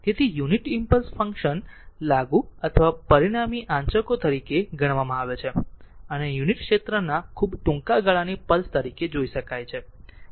તેથી unit impulse લાગુ અથવા પરિણામી આંચકો તરીકે ગણવામાં આવે છે અને યુનિટ ક્ષેત્રના ખૂબ ટૂંકા ગાળાની પલ્સ તરીકે જોઈ શકાય છે